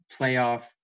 playoff